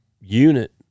unit